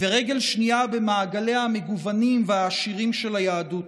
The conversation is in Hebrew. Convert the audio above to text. ורגל שנייה במעגליה המגוונים והעשירים של היהדות.